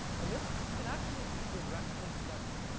and this can actually be directly studied.